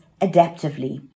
adaptively